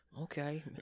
Okay